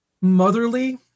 motherly